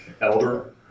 Elder